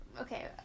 Okay